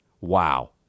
Wow